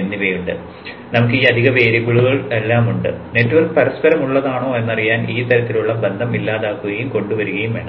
എന്നിവയുണ്ട് നമുക്ക് ഈ അധിക വേരിയബിളുകളെല്ലാം ഉണ്ട് നെറ്റ്വർക്ക് പരസ്പരമുള്ളതാണോ എന്നറിയാൻ ഈ തരത്തിലുള്ള ബന്ധം ഇല്ലാതാക്കുകയും കൊണ്ടുവരികയും വേണം